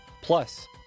plus